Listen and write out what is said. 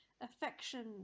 affection